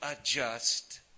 adjust